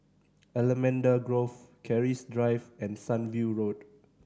Allamanda Grove Keris Drive and Sunview Road